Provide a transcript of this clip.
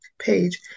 page